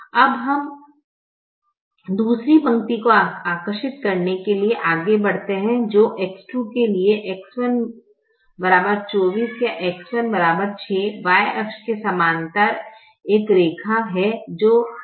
अब अब हम दूसरी पंक्ति को आकर्षित करने के लिए आगे बढ़ते हैं जो कि X2 के लिए X1 24 या X1 6 Y अक्ष के समानांतर एक रेखा है जो 60 से गुजर रहा है